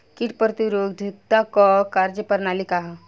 कीट प्रतिरोधकता क कार्य प्रणाली का ह?